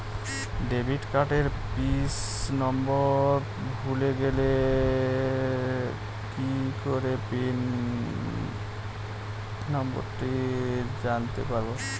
Debit কার্ডের pin number ভুলে গেলে কি করে পিন নম্বরটি জানতে পারবো?